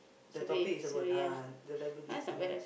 the topic is about uh the diabetes thing right